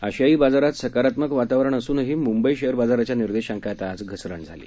आशियाई बाजारात सकारात्मक वातावरण असूनही मुंबई शेअर बाजाराच्या निर्देशाकांत आज घसरण झाली